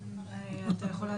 זהות.